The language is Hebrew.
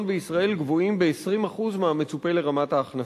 בישראל גבוהים ב-20% מהמצופה לרמת ההכנסה.